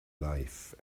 life